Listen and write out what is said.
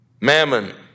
Mammon